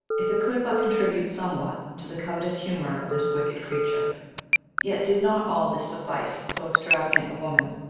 if it could but contribute somewhat to the covetous humor of this wicked creature yet did not all this suffice so extravagant a woman,